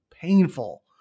painful